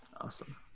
Awesome